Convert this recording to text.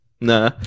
Nah